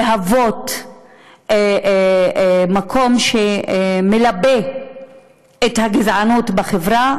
להיות מקום שמלבה את הגזענות בחברה,